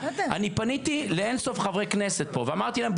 אני פניתי לאינסוף חברי כנסת פה ואמרתי להם,